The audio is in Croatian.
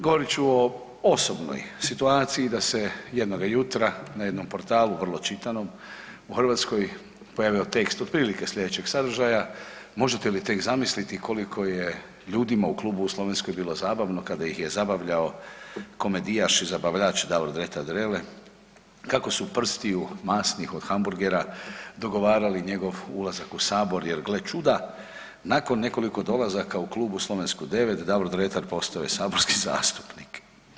Govorit ću o osobnoj situaciji da se jednoga jutra na jednome portalu vrlo čitanom u Hrvatskoj pojavio tekst otprilike slijedećeg sadržaja, možete li tek zamisliti koliko je ljudima u klubu u Slovenskoj bilo zabavno kada ih je zabavljao komedijaš i zabavljač Davor Dretar Drele kao su prstiju masnih od hamburgera dogovarali njegov ulazak u sabor jer gle čuda, nakon nekoliko dolazaka u klub u Slovensku 9 Davor Dretar postao je saborski zastupnik.